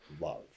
love